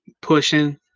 pushing